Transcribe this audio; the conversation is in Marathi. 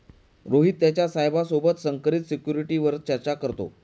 रोहित त्याच्या साहेबा सोबत संकरित सिक्युरिटीवर चर्चा करतो